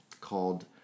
called